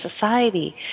society